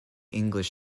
english